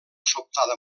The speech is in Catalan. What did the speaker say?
sobtada